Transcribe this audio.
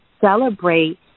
celebrate